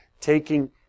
taking